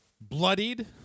bloodied